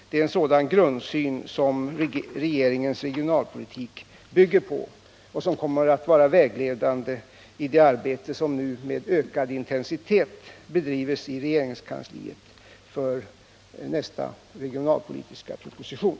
Det är en sådan grundsyn som regeringens regionalpolitik bygger på och som kommer att vara vägledande i det arbete som nu med ökad intensitet bedrivs i regeringskansliet för nästa regionalpolitiska proposition.